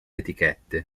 etichette